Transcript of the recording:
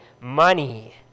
money